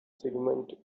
segment